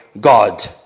God